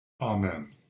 Amen